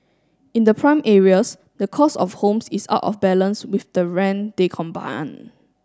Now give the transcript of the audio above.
in the prime areas the cost of homes is out of balance with the rent they